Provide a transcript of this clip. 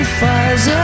fires